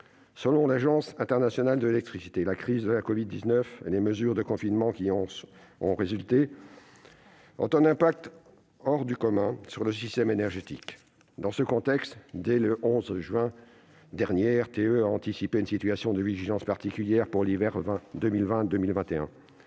Selon l'Agence internationale de l'énergie (AIE), « la crise de la covid-19 et les mesures de confinement qui en ont résulté ont un impact hors du commun sur le système énergétique ». Dans ce contexte, dès le 11 juin dernier, RTE a anticipé « une situation de vigilance particulière » pour l'hiver 2020-2021.